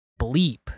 bleep